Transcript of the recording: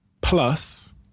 plus